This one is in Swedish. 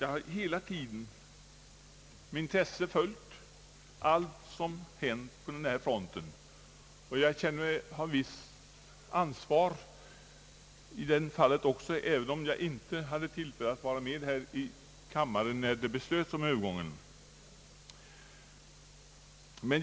Jag har hela tiden med stort intresse följt vad som hänt på den här fronten, och jag känner ett visst ansvar i denna fråga, även om jag inte hade tillfälle att vara med här i kammaren när övergången till högertrafik beslutades.